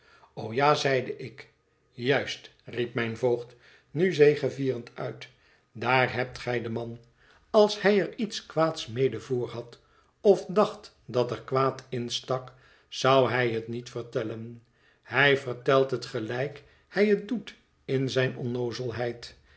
o ja zeide ik juist riep mijn voogd nu zegevierend uit daar hebt gij den man als hij er iets kwaads mede voorhad of dacht dat er kwaad in stak zou hij het niet vertellen hij vertelt het gelijk hij het doet in zijn